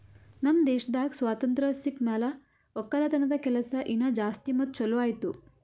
ನಮ್ ದೇಶದಾಗ್ ಸ್ವಾತಂತ್ರ ಸಿಕ್ ಮ್ಯಾಲ ಒಕ್ಕಲತನದ ಕೆಲಸ ಇನಾ ಜಾಸ್ತಿ ಮತ್ತ ಛಲೋ ಆಯ್ತು